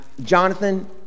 jonathan